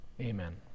Amen